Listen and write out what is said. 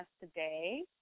today